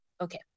Okay